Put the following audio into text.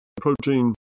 protein